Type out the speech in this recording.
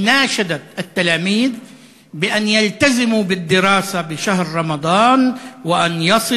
ועד ההורים קרא לתלמידים להקפיד על הלימודים ולהגיע